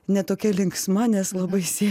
ne tokia linksma nes baisiai